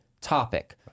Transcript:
topic